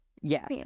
Yes